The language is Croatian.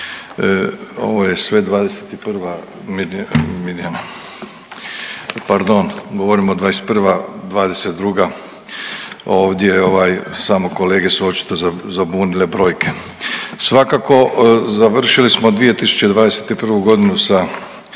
Ovo je sve 2021. Mirjana. Pardon, govorimo 2021., 2022. Ovdje ovaj samo kolege su očito zabunile brojke. Svakako završili smo 2021. godinu sa